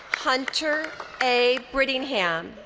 hunter a. brittingham.